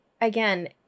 again